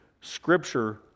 Scripture